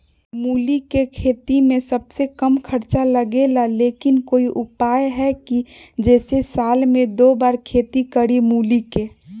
मूली के खेती में सबसे कम खर्च लगेला लेकिन कोई उपाय है कि जेसे साल में दो बार खेती करी मूली के?